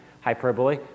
hyperbole